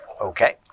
Okay